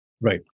Right